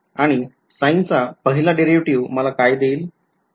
आणि sine चा पहिला डेरीवेटीव्ह मला काय देईल